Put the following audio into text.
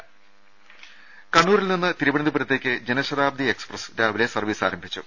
രുഭ കണ്ണൂരിൽ നിന്ന് തിരുവന്തപുരത്തേക്ക് ജനശതാബ്ദി എക്സ്പ്രസ് രാവിലെ സർവ്വീസ് ആരംഭിച്ചു